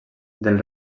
del